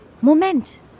Moment